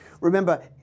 Remember